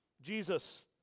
Jesus